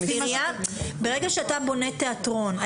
ברגע שאתה בונה תיאטרון,